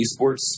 eSports